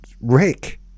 rick